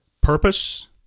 purpose